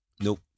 Nope